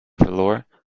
verloor